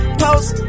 post